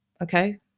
okay